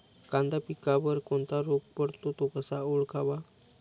कांदा पिकावर कोणता रोग पडतो? तो कसा ओळखावा?